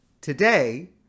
Today